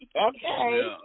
Okay